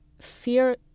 fear